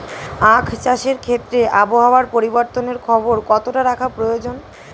আখ চাষের ক্ষেত্রে আবহাওয়ার পরিবর্তনের খবর কতটা রাখা প্রয়োজন?